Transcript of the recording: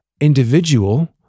individual